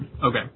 Okay